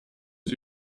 sie